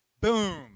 Boom